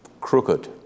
Crooked